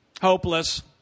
Hopeless